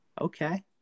Okay